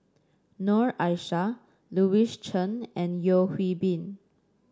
Noor Aishah Louis Chen and Yeo Hwee Bin